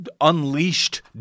unleashed